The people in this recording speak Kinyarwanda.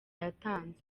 yatanzwe